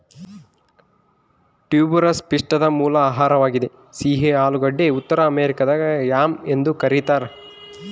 tuberous ಪಿಷ್ಟದ ಮೂಲ ಆಹಾರವಾಗಿದೆ ಸಿಹಿ ಆಲೂಗಡ್ಡೆ ಉತ್ತರ ಅಮೆರಿಕಾದಾಗ ಯಾಮ್ ಎಂದು ಕರೀತಾರ